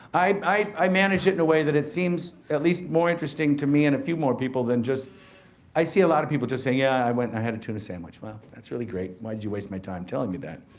i i manage it in a way that it seems at least more interesting to me and a few more people than just i see a lot of people just saying, yeah, i went and i had a tuna sandwich. well, that's really great. why did you waste my time telling me that?